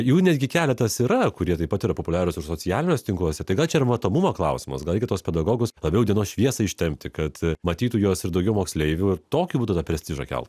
jų netgi keletas yra kurie taip pat yra populiarūs ir socialiniuose tinkluose tai ką čia matomumo klausimas gal kitos pedagogus labiau dienos šviesą ištempti kad matytų jos ir daugiau moksleivių tokiu būdu tą prestižą kelti